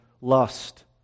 lust